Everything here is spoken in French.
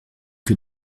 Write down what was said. que